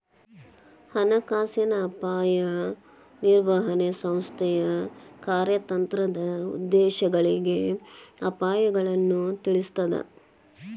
ಹಣಕಾಸಿನ ಅಪಾಯ ನಿರ್ವಹಣೆ ಸಂಸ್ಥೆಯ ಕಾರ್ಯತಂತ್ರದ ಉದ್ದೇಶಗಳಿಗೆ ಅಪಾಯಗಳನ್ನ ತಿಳಿಸ್ತದ